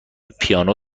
پیانو